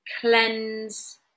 cleanse